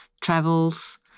travels